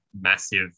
massive